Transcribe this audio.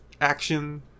action